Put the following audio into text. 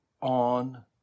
on